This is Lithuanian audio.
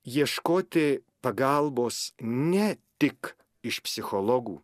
ieškoti pagalbos ne tik iš psichologų